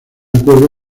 acuerdo